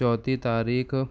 چوتھی تاریخ